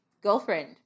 girlfriend